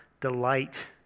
delight